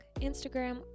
Instagram